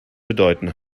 bedeuten